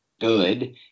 good